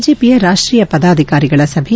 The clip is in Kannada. ಬಿಜೆಪಿಯ ರಾಷ್ಷೀಯ ಪದಾಧಿಕಾರಿಗಳ ಸಭೆ